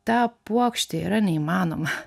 ta puokštė yra neįmanoma